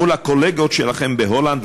מול הקולגות שלכם בהולנד,